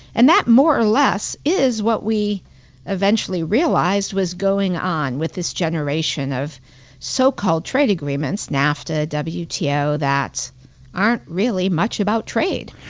and that more or less is what we eventually realized, was going on with this generation of so-called trade agreements, nafta, yeah wto, that aren't really much about trade.